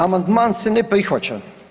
Amandman se ne prihvaća.